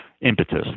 impetus